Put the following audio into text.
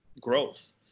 growth